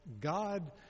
God